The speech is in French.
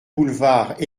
boulevard